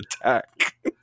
attack